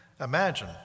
imagine